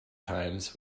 times